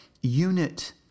unit